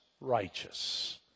righteous